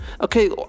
Okay